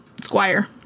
squire